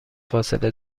فاصله